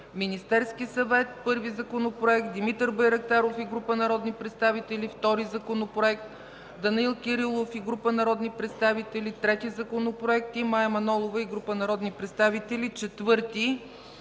Министерският съвет – първи законопорект, Димитър Байрактаров и група народни представители – втори законопроект, Данаил Кирилов и група народни представители – трети законопроект, и Мая Манолова и група народни представители – четвърти